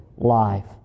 life